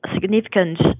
significant